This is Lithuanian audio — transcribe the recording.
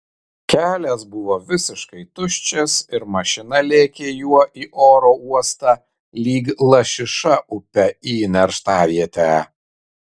kelias buvo visiškai tuščias ir mašina lėkė juo į oro uostą lyg lašiša upe į nerštavietę